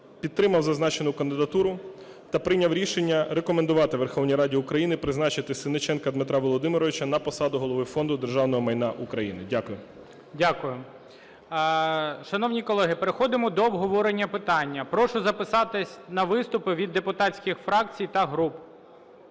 підтримав зазначену кандидатуру та прийняв рішення рекомендувати Верховній Раді України призначити Сенниченка Дмитра Володимировича на посаду Голови Фонду державного майна України. Дякую. ГОЛОВУЮЧИЙ. Дякуємо. Шановні колеги, переходимо до обговорення питання. Прошу записатися на виступи від депутатських фракцій та груп.